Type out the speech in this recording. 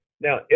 Now